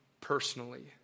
personally